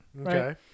Okay